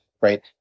right